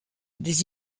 des